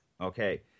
Okay